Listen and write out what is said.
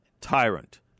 tyrant